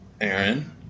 Aaron